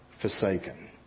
Forsaken